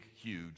huge